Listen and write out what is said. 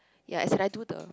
ya as in I do the